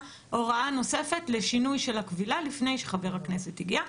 הוראה נוספת לשינוי של הכבילה לפני שחבר הכנסת הגיע,